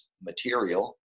material